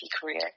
career